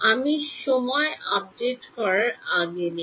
আমি সময় আপডেট করার আগে নেই